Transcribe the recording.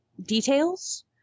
details